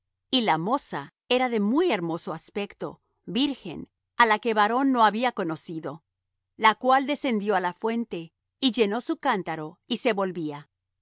y la moza era de muy hermoso aspecto virgen á la que varón no había conocido la cual descendió á la fuente y llenó su cántaro y se volvía